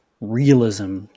realism